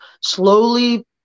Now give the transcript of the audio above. slowly